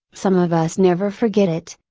some of us never forget it.